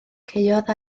caeodd